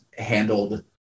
Handled